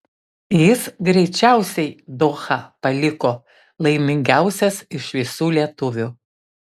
jis greičiausiai dohą paliko laimingiausias iš visų lietuvių